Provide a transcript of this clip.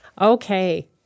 Okay